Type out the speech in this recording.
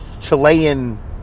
Chilean